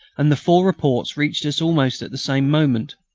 and the four reports reached us almost at the same moment.